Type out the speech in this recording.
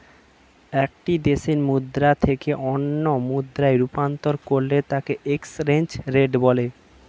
একটি দেশের মুদ্রা থেকে অন্য মুদ্রায় রূপান্তর করলে তাকেএক্সচেঞ্জ রেট বলে